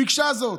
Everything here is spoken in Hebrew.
ביקשה זאת.